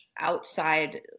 outside